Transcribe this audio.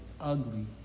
ugly